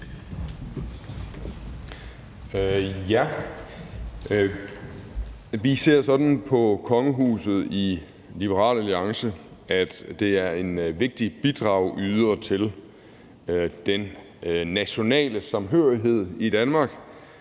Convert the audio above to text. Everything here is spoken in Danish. Vi ser sådan på det i Liberal Alliance, at kongehuset er en vigtig bidragyder til den nationale samhørighed i Danmark,